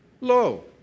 low